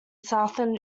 southern